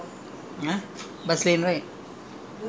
I heard that there is going to be a bus road bus lane there ah